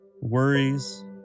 worries